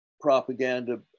propaganda